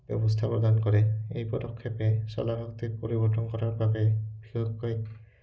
ব্যৱস্থা প্ৰদান কৰে এই পদক্ষেপে চ'লাৰ শক্তিক পৰিৱৰ্তন কৰাৰ বাবে বিশেষকৈ